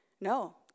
No